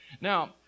Now